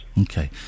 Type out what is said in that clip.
Okay